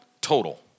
Total